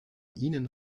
ihnen